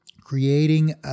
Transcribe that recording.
creating